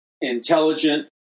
intelligent